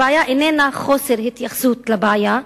הבעיה איננה חוסר התייחסות לבעיה,